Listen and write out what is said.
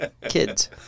Kids